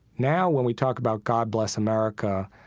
now when we talk about god bless america,